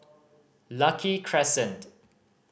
Lucky Crescent